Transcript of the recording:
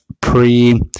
pre